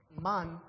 man